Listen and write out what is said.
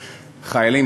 חיילים,